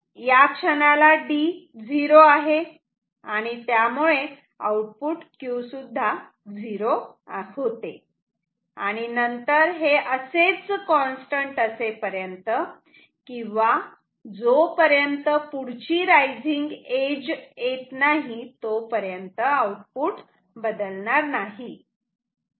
या क्षणाला D 0 आहे आणि त्यामुळे आता आउटपुट Q 0 होते आणि नंतर हे असेच कॉन्स्टंट असेपर्यंत किंवा जोपर्यंत पुढची रायझिंग एज येत नाही तोपर्यंत आउटपुट बदलणार नाही